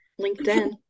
LinkedIn